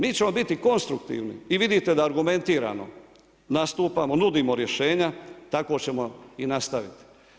Mi ćemo biti konstruktivni i vidite da argumentirano nastupamo, nudimo rješenja, tako ćemo i nastaviti.